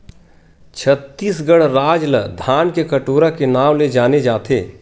छत्तीसगढ़ राज ल धान के कटोरा के नांव ले जाने जाथे